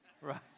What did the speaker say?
right